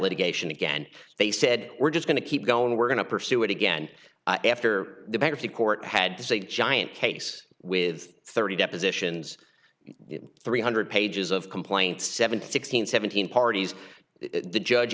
litigation again they said we're just going to keep going we're going to pursue it again after the bankruptcy court had to say giant case with thirty depositions three hundred pages of complaint seven sixteen seventeen parties the judge